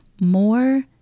more